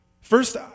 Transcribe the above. First